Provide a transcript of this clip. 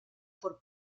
por